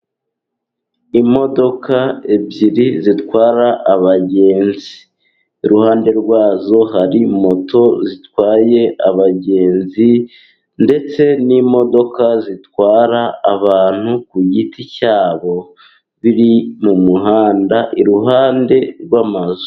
Imodoka ebyiri zitwara abagenzi. Iruhande rwazo hari moto zitwaye abagenzi, ndetse n'imodoka zitwara abantu ku giti cyabo, biri mu muhanda iruhande rw'amazu.